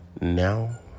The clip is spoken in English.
now